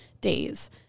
days